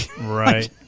Right